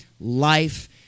life